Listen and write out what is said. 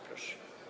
Proszę.